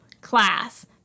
class